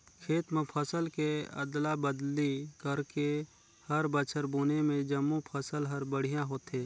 खेत म फसल के अदला बदली करके हर बछर बुने में जमो फसल हर बड़िहा होथे